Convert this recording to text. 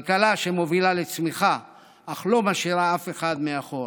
כלכלה שמובילה לצמיחה אך לא משאירה אף אחד מאחור,